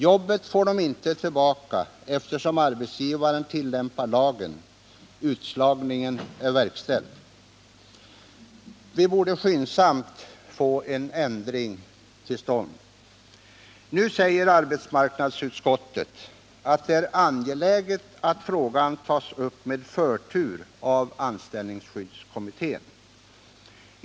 Jobbet får de inte tillbaka, eftersom arbetsgivaren tillämpar lagen — utslagningen är verkställd. Vi borde skyndsamt få en ändring till stånd. Nu säger arbetsmarknadsutskottet att det är angeläget att frågan tas upp med förtur av anställningsskyddskommittén.